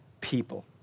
people